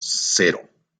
cero